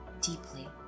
deeply